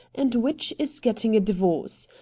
and which is getting a divorce.